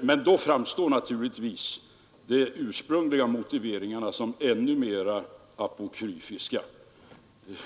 Men då framstår naturligtvis de tidigare framförda motiveringarna som ännu mer apokryfiska.